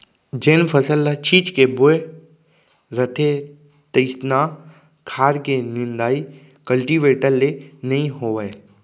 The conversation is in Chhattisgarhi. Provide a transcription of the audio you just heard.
जेन फसल ल छीच के बोए रथें तइसना खार के निंदाइ कल्टीवेटर ले नइ होवय